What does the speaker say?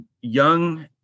young